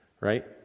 right